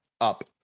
Up